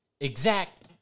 Exact